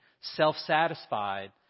self-satisfied